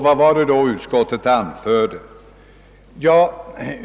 Vad har då utskottet anfört?